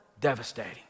devastating